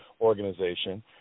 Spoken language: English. organization